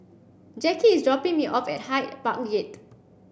Jacky is dropping me off at Hyde Park Gate